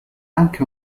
anche